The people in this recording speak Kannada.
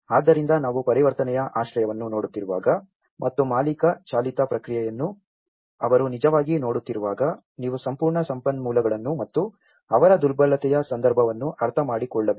ಆದ್ದರಿಂದ ನಾವು ಪರಿವರ್ತನೆಯ ಆಶ್ರಯವನ್ನು ನೋಡುತ್ತಿರುವಾಗ ಮತ್ತು ಮಾಲೀಕ ಚಾಲಿತ ಪ್ರಕ್ರಿಯೆಯನ್ನು ಅವರು ನಿಜವಾಗಿ ನೋಡುತ್ತಿರುವಾಗ ನೀವು ಸಂಪೂರ್ಣ ಸಂಪನ್ಮೂಲಗಳನ್ನು ಮತ್ತು ಅವರ ದುರ್ಬಲತೆಯ ಸಂದರ್ಭವನ್ನು ಅರ್ಥಮಾಡಿಕೊಳ್ಳಬೇಕು